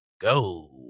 go